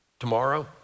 Tomorrow